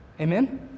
Amen